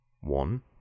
One